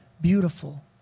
beautiful